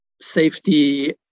safety